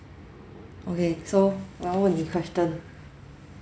okay so 我要问你 question